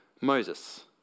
Moses